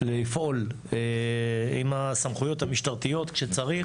לפעול עם הסמכויות המשטרתיות כשצריך.